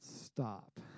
stop